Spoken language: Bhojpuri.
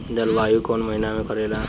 जलवायु कौन महीना में करेला?